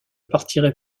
partirai